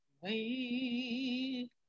Wait